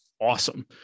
Awesome